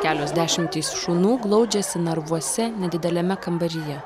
kelios dešimtys šunų glaudžiasi narvuose nedideliame kambaryje